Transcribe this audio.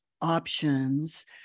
options